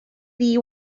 ddi